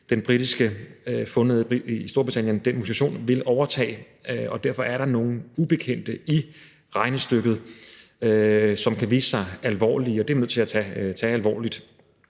Storbritannien fundne mutation i de kommende uger vil overtage, og derfor er der nogle ubekendte i regnestykket, som kan vise sig alvorlige, og det er vi nødt til at tage alvorligt.